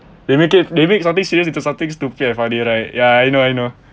they make it they make something serious into something stupid and funny right ya I know I know